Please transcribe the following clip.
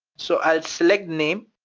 so i'll select name,